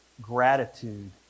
gratitude